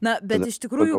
na bet iš tikrųjų